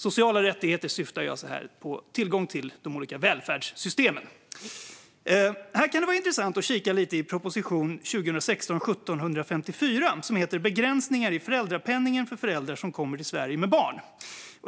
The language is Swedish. Sociala rättigheter syftar här på tillgång till de olika välfärdssystemen. Det kan vara intressant att kika lite i propositionen 2016/17:154 Be gränsningar i föräldrapenningen för föräldrar som kommer till Sverige med barn .